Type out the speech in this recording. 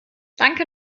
danke